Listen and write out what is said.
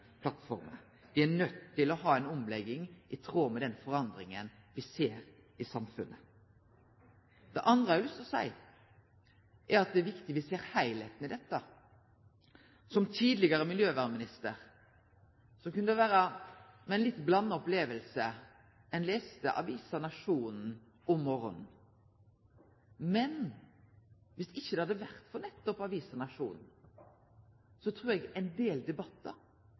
er nøydde til å ha ei omlegging i tråd med den endringa me ser i samfunnet. Det andre eg har lyst til å seie, er at det er viktig at me ser heilskapleg på dette. Som tidlegare miljøvernminister kunne det vere med ei litt blanda oppleving ein las avisa Nationen om morgonen, men dersom det ikkje hadde vore for nettopp avisa Nationen, trur eg ein del debattar